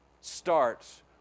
starts